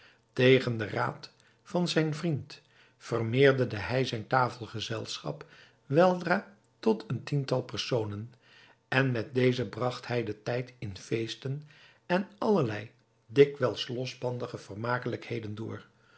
tegen den raad van zijn vriend vermeerderde hij zijn tafelgezelschap weldra tot een tiental personen en met deze bragt hij den tijd in feesten en allerlei dikwijls losbandige vermakelijkheden door